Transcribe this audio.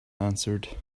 answered